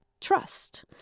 trust